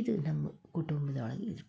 ಇದು ನಮ್ಮ ಕುಟುಂಬದ ಒಳಗೆ ಇರ್